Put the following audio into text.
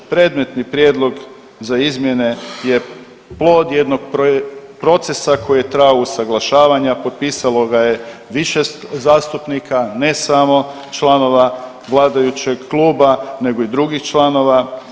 Predmetni prijedlog za izmjene je plod jednog procesa koji je trajao, usaglašavanja, potpisalo ga je više zastupnika, ne samo članova vladajućeg kluba nego i drugih članova.